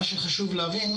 מה שחשוב להבין,